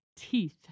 teeth